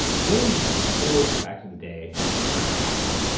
today's cool fact of the day is about cats.